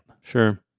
Sure